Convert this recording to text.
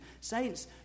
Saints